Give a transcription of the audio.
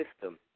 system